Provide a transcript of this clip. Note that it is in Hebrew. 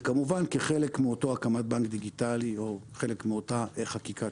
וכמובן כחלק מאותה הקמת בנק דיגיטלי או חלק מאותה חקיקת